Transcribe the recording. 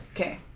Okay